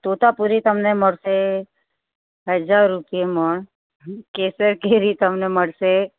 તોતાપુરી તમને મળશે હજાર રૂપિયે મણ કેસર કેરી તમને મળશે